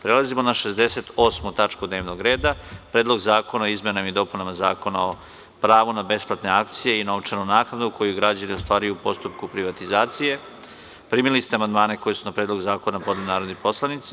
Prelazimo na 68. tačku dnevnog reda – PREDLOG ZAKONA O IZMENAMA I DOPUNAMA ZAKONA O PRAVU NA BESPLATNE AKCIJE I NOVČANU NAKNADU KOJU GRAĐANI OSTVARUJU U POSTUPKU PRIVATIZACIJE Primili ste amandmane koje su na Predlog zakona podneli narodni poslanici.